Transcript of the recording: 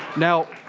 now